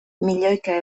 milioika